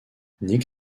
nick